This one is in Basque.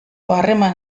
harreman